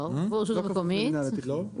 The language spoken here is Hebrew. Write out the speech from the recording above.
מהנדס עיר לא כפוף למינהל התכנון.